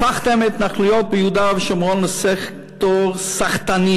הפכתם את ההתנחלויות ביהודה ושומרון לסקטור סחטני